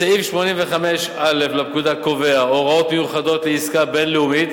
סעיף 85א לפקודה קובע הוראות מיוחדות לעסקה בין-לאומית